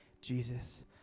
Jesus